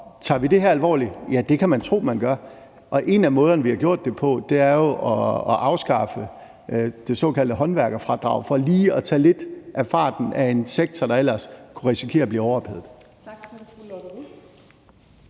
Tager vi det her alvorligt? Ja, det kan man tro, vi gør, og en af måderne, vi har gjort det på, er at afskaffe det såkaldte håndværkerfradrag for lige at tage lidt af farten af en sektor, der ellers kunne risikere at blive overophedet.